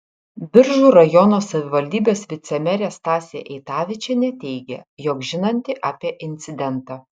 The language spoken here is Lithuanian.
biržų rajono savivaldybės vicemerė stasė eitavičienė teigė jog žinanti apie incidentą